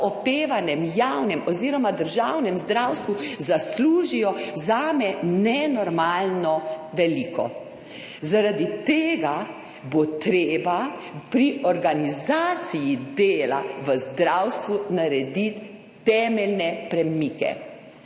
opevanem javnem oziroma državnem zdravstvu zaslužijo zame nenormalno veliko. Zaradi tega bo treba pri organizaciji dela v zdravstvu narediti temeljne premike,